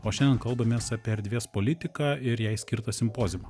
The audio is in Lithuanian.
o šiandien kalbamės apie erdvės politiką ir jai skirtą simpoziumą